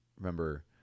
remember